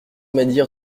médire